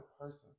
person